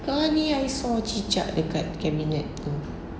suddenly I saw cicak dekat kabinet tu